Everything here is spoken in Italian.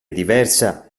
diversa